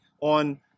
on